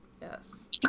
Yes